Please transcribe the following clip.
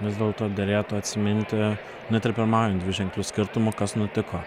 vis dėlto derėtų atsiminti net ir pirmaujant dviženkliu skirtumu kas nutiko